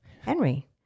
Henry